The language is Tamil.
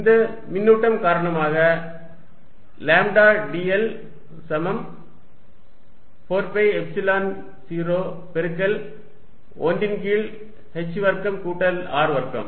இந்த மின்னூட்டம் காரணமாக லாம்ப்டா dl சமம் 4 பை எப்சிலன் 0 பெருக்கல் 1 ன் கீழ் h வர்க்கம் கூட்டல் R வர்க்கம்